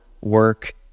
work